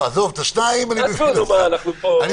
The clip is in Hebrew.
אני